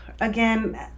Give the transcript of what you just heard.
Again